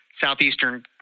southeastern